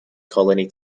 colony